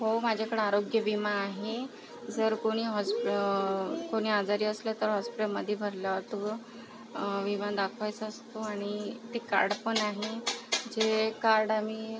हो माझ्याकडं आरोग्य विमा आहे जर कोणी हॉस्पि कोणी आजारी असलं तर हॉस्पिटलमध्ये भरला जातो विमा दाखवायचा असतो आणि ते कार्ड पण आहे जे कार्ड आम्ही